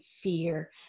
fear